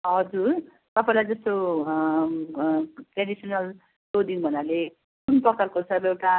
हजुर तपाईँलाई चाहिँ त्यो ट्रेडिसनल क्लोदिङ भन्नाले कुन प्रकारको सायद एउटा